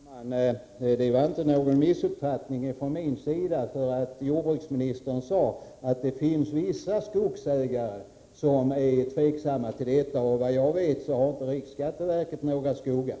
Herr talman! Det var inte någon missuppfattning från min sida. Jordbruksministern sade nämligen att det finns vissa skogsägare som är tveksamma till en trygghetsförsäkring. Vad jag vet har inte riksskatteverket några skogar!